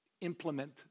implement